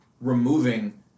removing